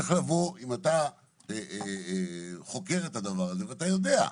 צריך לבוא, אם אתה חוקר את הדבר הזה ואתה ידוע,